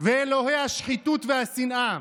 ואלוהי השחיתות והשנאה.